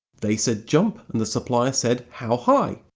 they said jump, and the supplier said, how high.